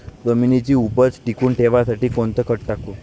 जमिनीची उपज टिकून ठेवासाठी कोनचं खत टाकू?